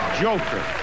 Joker